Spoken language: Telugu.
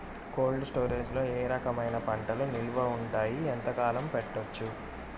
కోల్డ్ స్టోరేజ్ లో ఏ రకమైన పంటలు నిలువ ఉంటాయి, ఎంతకాలం పెట్టొచ్చు?